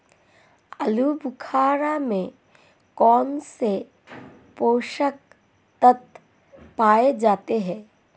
आलूबुखारा में कौन से पोषक तत्व पाए जाते हैं?